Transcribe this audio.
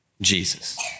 Jesus